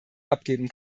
abgeben